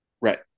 right